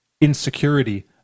insecurity